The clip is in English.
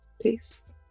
Peace